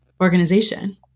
organization